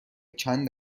چند